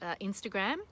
Instagram